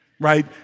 Right